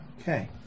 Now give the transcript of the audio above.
Okay